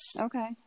Okay